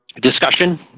discussion